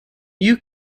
you